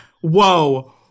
Whoa